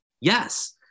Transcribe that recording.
Yes